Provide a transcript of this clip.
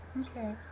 Okay